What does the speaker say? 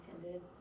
attended